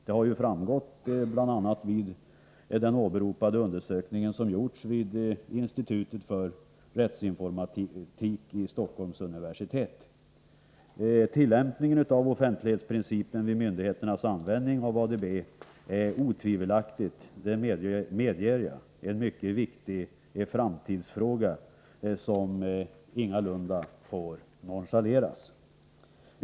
Man har bl.a. pekat på detta i den undersökning som åberopats och som gjorts vid institutet för rättsinformatik vid Stockholms universitet. Tillämpningen av offentlighetsprincipen vid myndigheternas användning av ADB är otvivelaktigt — det medger jag — en mycket viktig framtidsfråga, som ingalunda får nonchaleras.